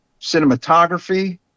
cinematography